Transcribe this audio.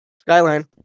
Skyline